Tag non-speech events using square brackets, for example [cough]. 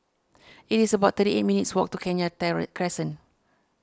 it is about thirty eight minutes' walk to Kenya [unintelligible] Crescent